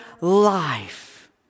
life